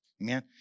Amen